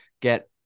get